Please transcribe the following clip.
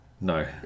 No